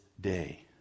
day